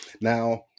Now